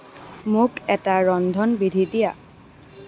মোক এটা ৰন্ধনবিধি দিয়া